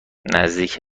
نزدیک